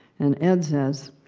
and ed says,